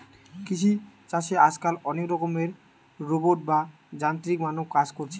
কৃষি চাষে আজকাল অনেক রকমের রোবট বা যান্ত্রিক মানব কাজ কোরছে